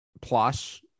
plus